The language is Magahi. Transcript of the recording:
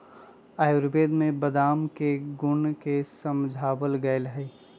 आयुर्वेद में बादाम के गुण के समझावल गैले है